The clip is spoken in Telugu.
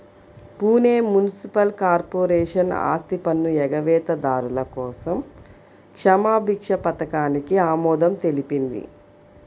పూణె మునిసిపల్ కార్పొరేషన్ ఆస్తిపన్ను ఎగవేతదారుల కోసం క్షమాభిక్ష పథకానికి ఆమోదం తెలిపింది